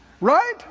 right